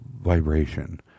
vibration